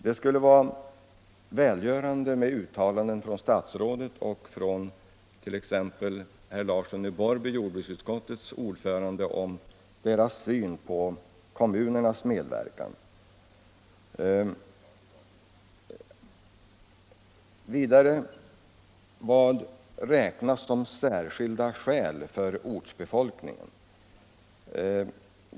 Det skulle vara välgörande att få höra uttalanden från statsrådet Lundkvist och från herr Larsson i Borrby, jordbruksutskottets ordförande, om deras syn på kommunernas medverkan. Vad räknas vidare som ”särskilda skäl” för ortsbefolkningen?